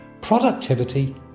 Productivity